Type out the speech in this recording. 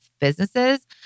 businesses